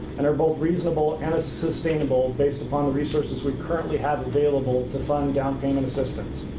and are both reasonable and sustainable based upon the resources we currently have available to fund down payment assistance.